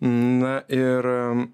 na ir